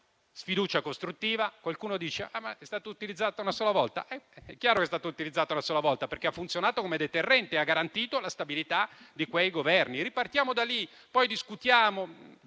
sfiducia costruttiva. Qualcuno dice che è stata utilizzata una sola volta. È chiaro che è stata utilizzata una sola volta perché ha funzionato come deterrente e ha garantito la stabilità di quei Governi. Ripartiamo da lì, poi discutiamo